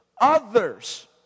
others